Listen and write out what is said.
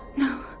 no.